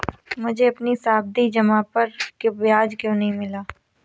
मुझे अपनी सावधि जमा पर ब्याज क्यो नहीं मिला?